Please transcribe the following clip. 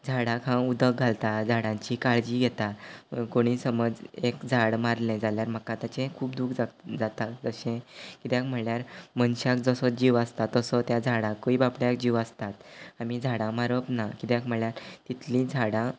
झाडाक हांव उदक घालता झाडांची काळजी घेता कोणी समज एक झाड मारलें जाल्यार म्हाका ताचें खूब दूख जात जाता जशें किद्याक म्हळ्ळ्यार मनशाक जसो जीव आसता तसो त्या झाडाकूय बाबड्याक जीव आसतात आमी झाडां मारप ना किद्याक म्हळ्ळ्यार तितलीं झाडां